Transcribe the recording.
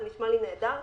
זה נשמע לי נהדר.